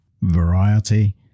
variety